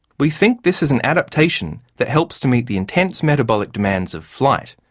we think this is an adaptation that helps to meet the intense metabolic demands of flight.